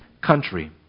country